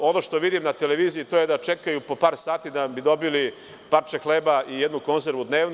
Ono što vidim na televiziji to je da čekaju po par sati da bi dobili parče hleba i jednu konzervu dnevno.